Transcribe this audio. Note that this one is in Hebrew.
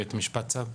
מבית המשפט צו?